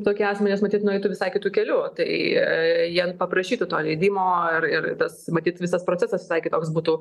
tokie asmenys matyt nueitų visai kitu keliu tai jie paprašytų to leidimo ir ir tas matyt visas procesas visai kitoks būtų